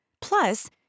Plus